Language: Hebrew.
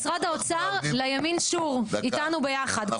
משרד האוצר, לימין שור, איתנו ביחד.